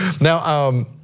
Now